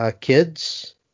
kids